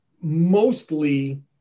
mostly